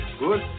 good